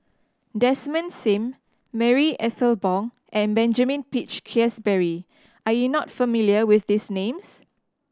Desmond Sim Marie Ethel Bong and Benjamin Peach Keasberry are you not familiar with these names